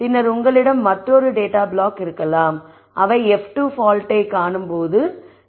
பின்னர் உங்களிடம் மற்றொரு டேட்டா ப்ளாக் இருக்கலாம் அவை f2 பால்ட்டை காணும்போது நீங்கள் பார்த்திருக்கலாம்